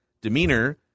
demeanor